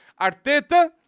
Arteta